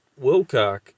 Wilcock